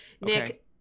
Nick